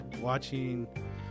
watching